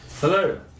Hello